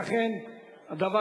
לכן הדבר